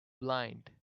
blind